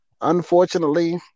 Unfortunately